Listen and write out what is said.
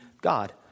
God